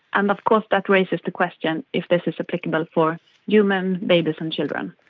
and of course that raises the question if this is applicable for human babies and children.